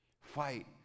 Fight